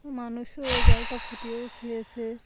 মানুষও ওই জলটা ফুটিয়েও খেয়েছে